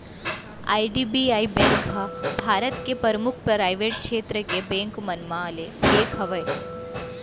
IDBI bank ह भारत के परमुख पराइवेट छेत्र के बेंक मन म ले एक हवय